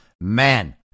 man